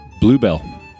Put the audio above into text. Bluebell